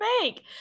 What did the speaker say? fake